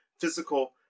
physical